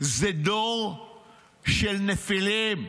זה דור של נפילים.